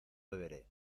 beberé